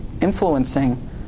influencing